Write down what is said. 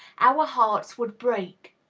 our hearts would break.